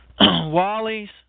Wally's